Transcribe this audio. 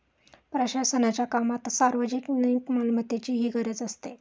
प्रशासनाच्या कामात सार्वजनिक मालमत्तेचीही गरज असते